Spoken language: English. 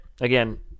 Again